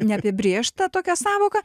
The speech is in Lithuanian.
neapibrėžta tokia sąvoka